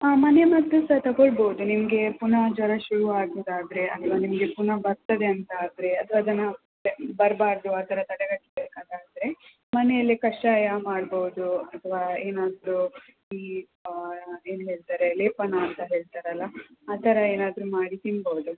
ಹಾಂ ಮನೆ ಮದ್ದು ಸಹ ತಗೊಳ್ಬಹುದು ನಿಮಗೆ ಪುನಃ ಜ್ವರ ಶುರು ಆಗುವುದಾದರೆ ಅಥವಾ ನಿಮಗೆ ಪುನಃ ಬರ್ತದೆ ಅಂತಾದರೆ ಅಥವಾ ಅದನ್ನು ಬರಬಾರದು ಆ ಥರ ತಡೆಗಟ್ಟಬೇಕಾದರೆ ಮನೆಯಲ್ಲೇ ಕಷಾಯ ಮಾಡಬಹುದು ಅಥವಾ ಏನಾದರೂ ಈ ಏನು ಹೇಳ್ತಾರೆ ಲೇಪನ ಅಂತ ಹೇಳ್ತಾರಲ್ಲ ಆ ಥರ ಏನಾದರೂ ಮಾಡಿ ತಿನ್ನಬಹುದು